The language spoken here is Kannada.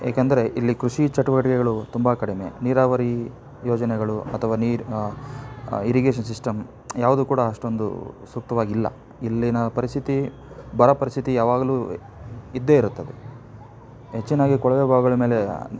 ಏಕೆಂದರೆ ಇಲ್ಲಿ ಕೃಷಿ ಚಟುವಟಿಕೆಗಳು ತುಂಬ ಕಡಿಮೆ ನೀರಾವರಿ ಯೋಜನೆಗಳು ಅಥವಾ ನೀರು ಇರಿಗೇಷನ್ ಸಿಸ್ಟಮ್ ಯಾವುದು ಕೂಡ ಅಷ್ಟೊಂದು ಸೂಕ್ತವಾಗಿಲ್ಲ ಇಲ್ಲಿಯ ಪರಿಸ್ಥಿತಿ ಬರ ಪರಿಸ್ಥಿತಿ ಯಾವಾಗಲೂ ಇದ್ದೇ ಇರುತ್ತದೆ ಹೆಚ್ಚಿನದಾಗಿ ಕೊಳವೆ ಬಾವಿಗಳ ಮೇಲೆ